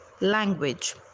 language